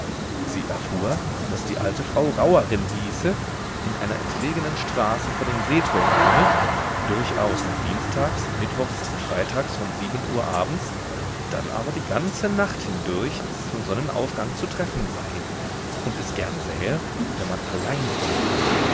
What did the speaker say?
sie erfuhr daß die alte frau rauerin hieße in einer entlegenen straße vor dem seetor wohne durchaus nur dienstags mittwochs und freitags von sieben uhr abends dann aber die ganze nacht hindurch bis zum sonnenaufgang zu treffen sei und es gern sähe wenn man allein komme